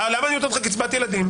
למה אני אומר לך קצבת ילדים?